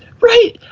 right